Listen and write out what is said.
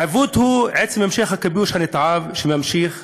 העיוות הוא עצם המשך הכיבוש הנתעב, שנמשך